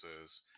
says